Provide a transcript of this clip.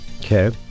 Okay